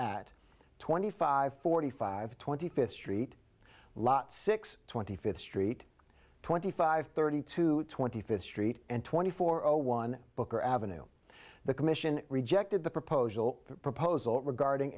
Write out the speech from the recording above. at twenty five forty five twenty fifth street lat six twenty fifth street twenty five thirty two twenty fifth street and twenty four zero one book or avenue the commission rejected the proposal proposal regarding